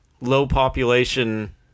low-population